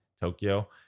Tokyo